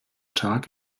tag